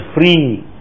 free